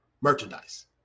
merchandise